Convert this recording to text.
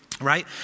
Right